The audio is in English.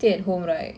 mm